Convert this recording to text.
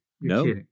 no